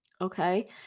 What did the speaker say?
Okay